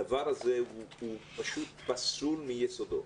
הדבר הזה הוא פשוט פסול מיסודו.